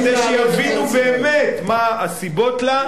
כדי שיבינו באמת מה הסיבות לה.